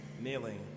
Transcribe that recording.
kneeling